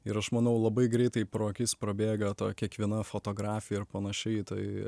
ir aš manau labai greitai pro akis prabėga ta kiekviena fotografija panašiai tai